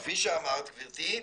כפי אמרת, גברתי,